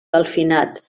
delfinat